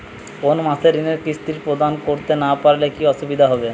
কোনো মাসে ঋণের কিস্তি প্রদান করতে না পারলে কি অসুবিধা হবে?